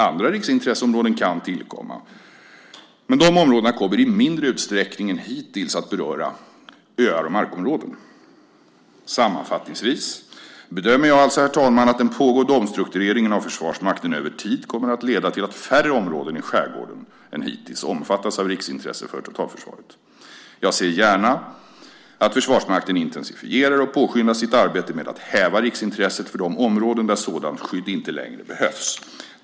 Andra riksintresseområden kan tillkomma, men dessa kommer i mindre utsträckning än hittills att beröra öar och markområden. Sammanfattningsvis bedömer jag alltså att den pågående omstruktureringen av Försvarsmakten över tiden kommer att leda till att färre områden i skärgården än hittills omfattas av riksintresse för totalförsvaret. Jag ser gärna att Försvarsmakten intensifierar och påskyndar sitt arbete med att häva riksintresset för de områden där sådant skydd inte längre behövs.